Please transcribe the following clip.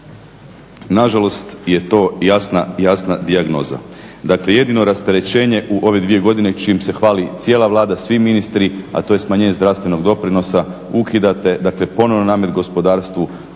Na žalost je to jasna dijagnoza. Dakle, jedino rasterećenje u ove dvije godine čim se hvali cijela Vlada, svi ministri, a to je smanjenje zdravstvenog doprinosa. Ukidate, dakle ponovno namet gospodarstvu,